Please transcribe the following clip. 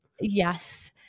Yes